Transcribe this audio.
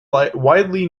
widely